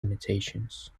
limitations